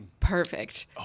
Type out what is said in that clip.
Perfect